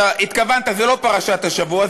אתה התכוונת, זו לא פרשת השבוע.